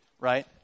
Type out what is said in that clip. right